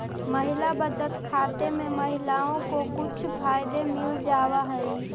महिला बचत खाते में महिलाओं को कुछ फायदे मिल जावा हई